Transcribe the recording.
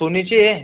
सोनीची आहे